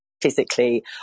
physically